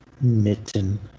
Mitten